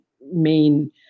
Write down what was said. main